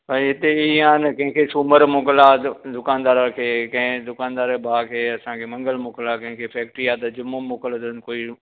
भाई हिते हीअं आहे न कंहिंखे सूमरु मोकिल आहे त दुकानदार खे कंहिं दुकानदार ऐं भाउ खे असांखे मंगल मोकिल आहे कंहिंखे फैक्टरी आहे त जुमो मोकिल अथनि कोई